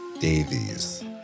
Davies